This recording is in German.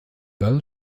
bell